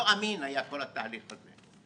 לא אמין היה כל התהליך הזה,